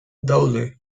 daude